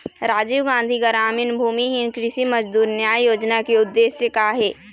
राजीव गांधी गरामीन भूमिहीन कृषि मजदूर न्याय योजना के उद्देश्य का हे?